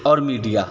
और मीडिया